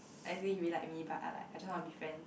i say you really like me but I like I just wanna be friends